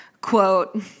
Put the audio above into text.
Quote